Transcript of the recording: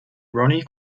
ronnie